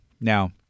Now